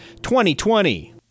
2020